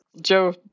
Joe